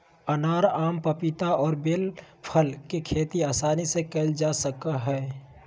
अनार, आम, पपीता और बेल फल के खेती आसानी से कइल जा सकय हइ